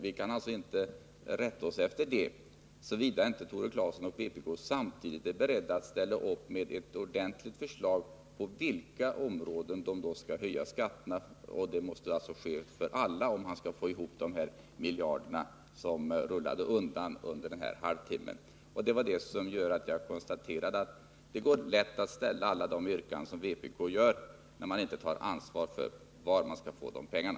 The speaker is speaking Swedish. Vi kan alltså inte rätta oss efter det, såvida inte Tore Claeson och vpk samtidigt är beredda att ställa upp med ett ordentligt förslag om på vilka områden man skall höja skatterna. Det måste alltså ske för alla, om man skall få ihop de miljarder som rullade bort under den här halvtimmen. Det var detta som gjorde att jag konstaterade att det går lätt att ställa alla de yrkanden som vpk för fram, när man inte tar ansvar för varifrån man skall få pengarna.